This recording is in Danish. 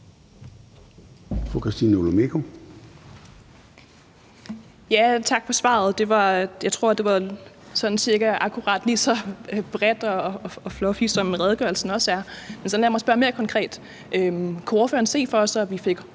Tak for svaret. Jeg tror, det var sådan cirka lige så bredt og fluffy, som redegørelsen er. Men så lad mig spørge mere konkret. Kunne ordføreren se for sig, at vi fik